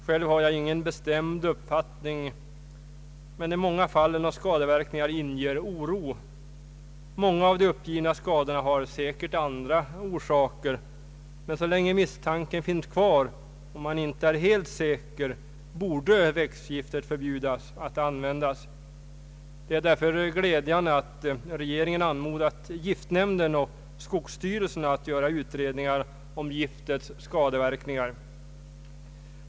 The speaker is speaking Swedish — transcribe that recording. Själv har jag ingen bestämd uppfatt Allmänpolitisk debatt ning, men de många fallen av skadeverkningar inger oro. Många av de uppgivna skadorna har säkert andra orsaker, men så länge misstanken finns kvar och man inte är helt säker borde växtgiftet förbjudas. Det är därför glädjande att regeringen anmodat giftnämnden och skogsstyrelsen att göra utredningar om giftets skadeverkningar.